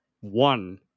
One